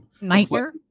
Nightmare